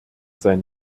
sein